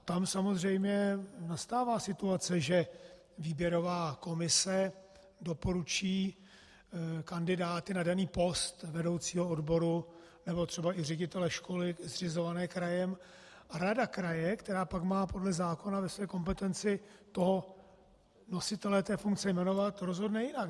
Tam samozřejmě nastává situace, že výběrová komise doporučí kandidáty na daný post vedoucího odboru nebo třeba i ředitele školy zřizované krajem a rada kraje, která pak má podle zákona ve své kompetenci nositele té funkce jmenovat, rozhodne jinak.